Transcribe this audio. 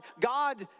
God